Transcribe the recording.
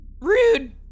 rude